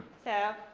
so,